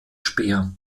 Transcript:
speer